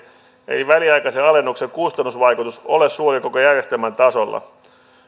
ei väliaikaisen alennuksen kustannusvaikutus ole suuri koko järjestelmän tasolla